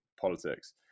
politics